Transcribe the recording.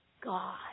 God